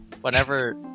Whenever